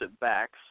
backs